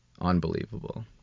Unbelievable